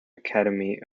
academy